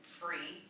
free